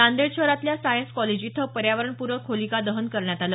नांदेड शहरातल्या science college इथं पर्यावरणपूरक होलिकादहन करण्यात आलं